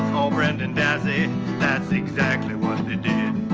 oh brendan dassey that's exactly what they did.